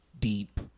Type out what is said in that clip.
deep